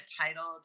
titled